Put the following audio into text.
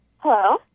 Hello